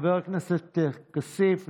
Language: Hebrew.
חבר הכנסת כסיף.